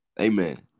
Amen